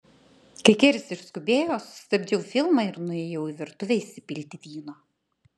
kai keris išskubėjo sustabdžiau filmą ir nuėjau į virtuvę įsipilti vyno